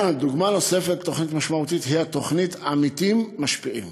דוגמה נוספת של תוכנית משמעותית היא התוכנית "עמיתים משפיעים".